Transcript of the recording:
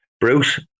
Bruce